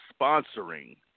sponsoring